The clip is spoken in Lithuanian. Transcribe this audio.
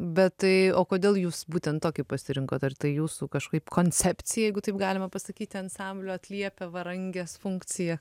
bet tai o kodėl jūs būtent tokį pasirinkot ar tai jūsų kažkaip koncepciją jeigu taip galima pasakyti ansamblio atliepia varangės funkcija